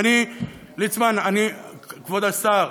ליצמן, כבוד השר,